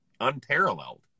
unparalleled